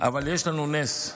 אבל יש לנו נס,